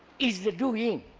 is the doing,